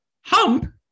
Hump